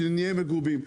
שאנחנו מגובים.